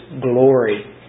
glory